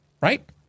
right